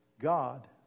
God